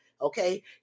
okay